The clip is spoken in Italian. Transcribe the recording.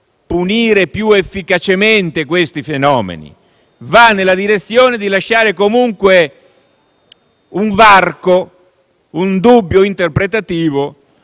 punire più efficacemente questi fenomeni, ma nella direzione di lasciare comunque un varco, un dubbio interpretativo